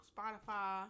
Spotify